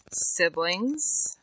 siblings